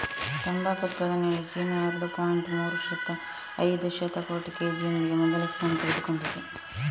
ತಂಬಾಕು ಉತ್ಪಾದನೆಯಲ್ಲಿ ಚೀನಾ ಎರಡು ಪಾಯಿಂಟ್ ಮೂರು ಐದು ಶತಕೋಟಿ ಕೆ.ಜಿಯೊಂದಿಗೆ ಮೊದಲ ಸ್ಥಾನ ಪಡೆದುಕೊಂಡಿದೆ